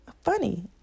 funny